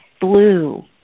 blue